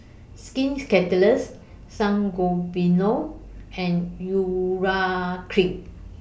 Skin Ceuticals Sangobion and Urea Cream